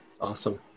awesome